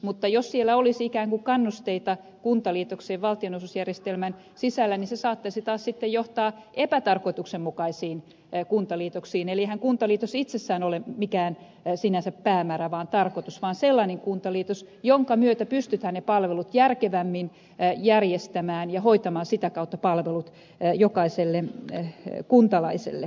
mutta jos siellä olisi ikään kuin kannusteita kuntaliitokseen valtionosuusjärjestelmän sisällä niin se saattaisi taas sitten johtaa epätarkoituksenmukaisiin kuntaliitoksiin eli eihän kuntaliitos itsessään ole mikään sinänsä päämäärä tai tarkoitus vaan sellainen kuntaliitos jonka myötä pystytään palvelut järkevämmin järjestämään ja hoitamaan ne sitä kautta jokaiselle kuntalaiselle